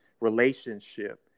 relationship